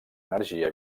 energia